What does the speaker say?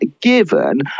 given